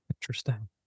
Interesting